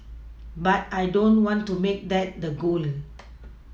but I don't want to make that the goal